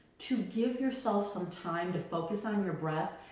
to give yourself some time to focus on your breath,